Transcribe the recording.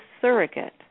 surrogate